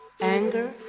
anger